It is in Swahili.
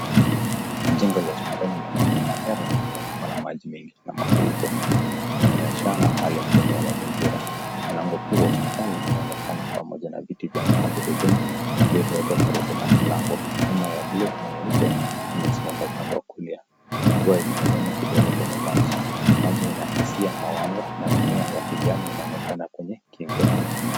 Jengo la hospitali la kaunti la Homa Bay limezungukwa na maji mengi na mafuriko. Inaonyeshana hali ngumu ya mazingira. Mlango kuu wa hospitali unaonekana pamoja na viti vya magurudumu vilivyowekwa karibu na mlango. Hema ya blue ni nyeupe imesimama upande wa kulia. Ikiwa imezama kidogo kwenye maji. Maji yanakisia mawanga na mimea ya kijani inaonekana kwenye kingo.